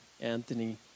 Anthony